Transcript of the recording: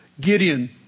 Gideon